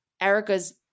Erica's